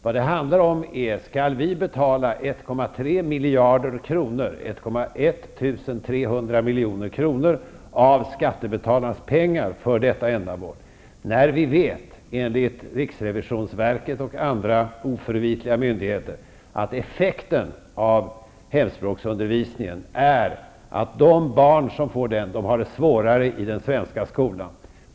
Vad det handlar om är om vi skall betala 1,3 miljarder kronor, dvs. 1 300 milj.kr., av skattebetalarnas pengar för detta ändamål, när vi vet att effekten av hemspråksundervisningen, enligt riksrevisionsverket och andra oförvitliga myndigheter, av hemspråksundervisningen är att de barn som får den har det svårare i den svenska skolan.